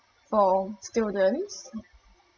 for students